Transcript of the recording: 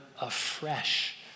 afresh